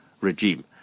regime